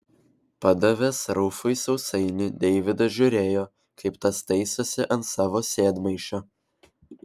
padavęs rufui sausainį deividas žiūrėjo kaip tas taisosi ant savo sėdmaišio